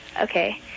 Okay